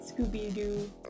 Scooby-Doo